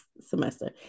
semester